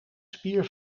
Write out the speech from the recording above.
spier